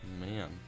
man